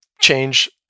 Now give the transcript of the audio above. change